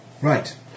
Right